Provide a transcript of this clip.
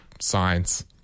science